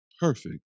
Perfect